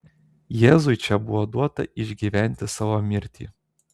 jėzui čia buvo duota išgyventi savo mirtį